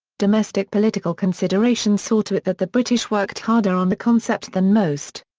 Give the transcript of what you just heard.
domestic political considerations saw to it that the british worked harder on the concept than most.